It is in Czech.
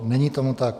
Není tomu tak.